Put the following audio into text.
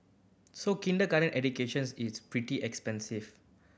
so kindergarten educations is pretty expensive